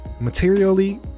materially